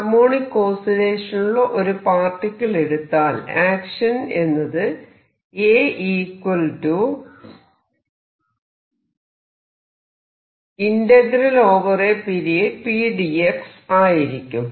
harmonic ഓസിലേഷനിലുള്ള ഒരു particle എടുത്താൽ ആക്ഷൻ എന്നത് ആയിരിക്കും